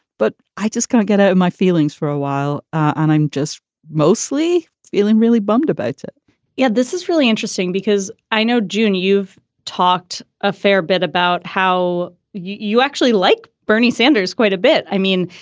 but i just can't get to and my feelings for a while and i'm just mostly feeling really bummed about it yeah, this is really interesting because i know, john, you've talked. a fair bit about how you actually like bernie sanders quite a bit. i mean,